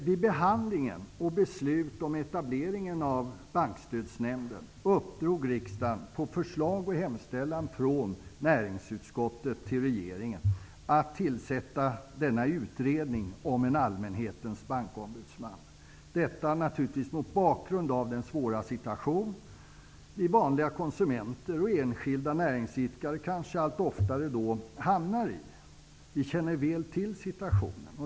Vid behandlingen av och beslutet om etableringen av Bankstödsnämnden uppdrog riksdagen, på förslag och hemställan från näringsutskottet, till regeringen att tillsätta denna utredning om en allmänhetens bankombudsman. Detta skedde naturligtvis mot bakgrund av den svåra situation vi vanliga konsumenter och enskilda näringsidkare kanske hamnar i allt oftare. Vi känner väl till situationen.